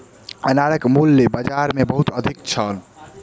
अनारक मूल्य बाजार मे बहुत अधिक छल